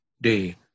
day